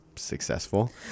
successful